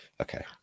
Okay